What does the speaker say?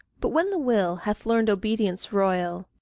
but when the will hath learned obedience royal,